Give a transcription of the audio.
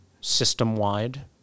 system-wide